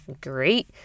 great